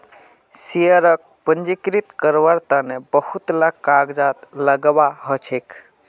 शेयरक पंजीकृत कारवार तन बहुत ला कागजात लगव्वा ह छेक